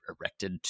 erected